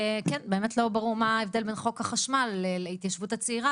באמת לא ברור מה ההבדל בין חוק החשמל להתיישבות הצעירה,